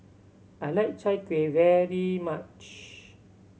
I like Chai Kuih very much